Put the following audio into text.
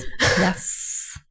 Yes